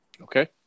Okay